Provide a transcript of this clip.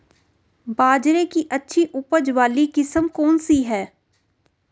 बाजरे की अच्छी उपज वाली किस्म कौनसी है?